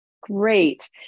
Great